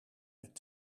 met